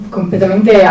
completamente